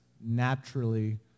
naturally